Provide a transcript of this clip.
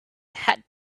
had